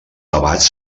debats